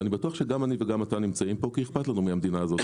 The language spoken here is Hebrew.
אני בטוח שגם אני וגם אתה נמצאים כאן כי אכפת לנו מהמדינה הזאת.